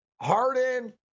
Harden